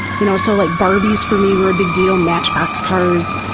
you know so like barbie's for me were a big deal, match box cars.